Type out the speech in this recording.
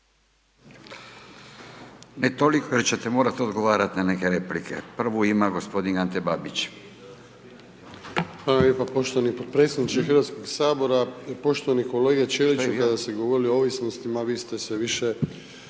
Ne toliko jer ćete morati odgovarati na neke replike. Prvu ima gospodin Ante Babić. **Babić, Ante (HDZ)** Hvala lijepa poštovani potpredsjedniče Hrvatskoga sabora. Poštovani kolega Ćeliću kada ste govorili o ovisnostima vi ste se više